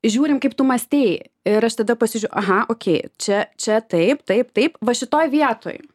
žiūrim kaip tu mąstei ir aš tada pasižiūriu aha okei čia čia taip taip taip va šitoj vietoj